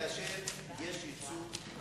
כאשר יש ייצוג,